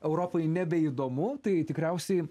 europai nebeįdomu tai tikriausiai